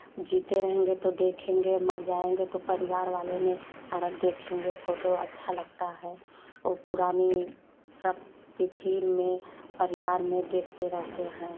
जीते रहेंगे तो देखेंगे मर जायेंगे तो परिवार वाले ने और अब देखेंगे फोटो अच्छा लगता है वो पुरानी सब तिथि में परिवार में देखते रहते हैं